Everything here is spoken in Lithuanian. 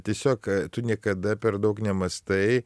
tiesiog tu niekada per daug nemąstai